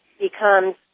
becomes